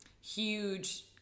Huge